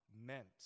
meant